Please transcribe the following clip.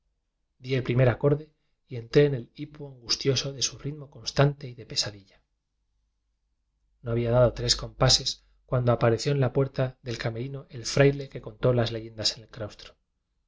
el primer acorde y entré en el hipo angustioso de su ritmo constante y de pesadilla no había dado tres compases cuando apareció en la puerta del camerino el fraile que contó las leyendas en el claustro